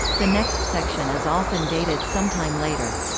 the next section is often dated sometime later.